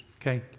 okay